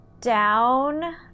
down